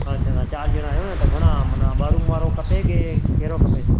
अछा तव्हां चार ॼणा आहियो न त घणा माना ॿ रुम वारो खपे की कहिड़ो खपे